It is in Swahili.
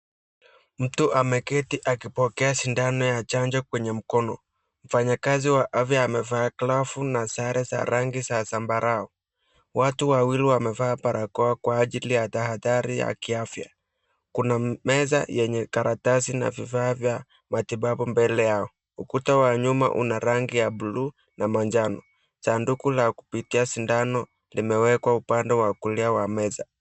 Mtu ameketi akipokea sindano ya chanjo kwenye mkono. Mfanyakazi wa afya amevaa glavu na sare za rangi za zambarau. Watu wawili wamevaa barakoa kwa ajili ya tahadhari ya kiafya. Kuna meza yenye karatasi na vifaa vya matibabu mbele yao. Ukuta wa nyuma una rangi ya blue na manjano. Chanduku la kupitia sindano limewekwa upande wa kulia wa meza.